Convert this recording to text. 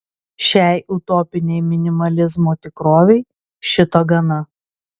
šiai utopinei minimalizmo tikrovei šito gana